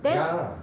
ya